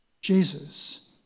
Jesus